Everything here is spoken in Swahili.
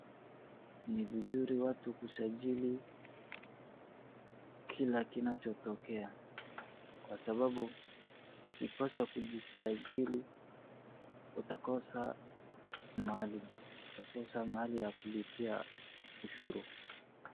Ni vizuri watu kusajili kile kinachotokea kwa sabau ukikosa kujisajili utakosa mali. Utakosa mali ya kulipia ushuru.